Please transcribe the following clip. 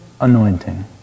anointing